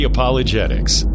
Apologetics